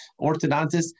orthodontist